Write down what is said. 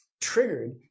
triggered